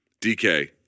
DK